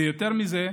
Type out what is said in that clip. ויותר מזה,